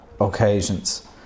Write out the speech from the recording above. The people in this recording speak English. occasions